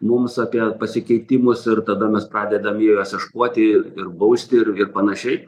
mums apie pasikeitimus ir tada mes pradedam juos ieškuoti ir bausti ir ir panašiai